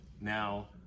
Now